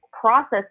process